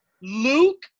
Luke